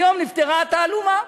היום נפתרה התעלומה.